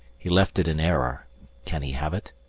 he left it in error can he have it?